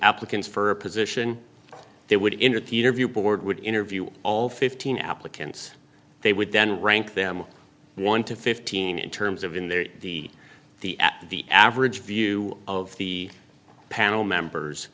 applicants for a position they would enter the interview board would interview all fifteen applicants they would then rank them one to fifteen in terms of in their the the at the average view of the panel members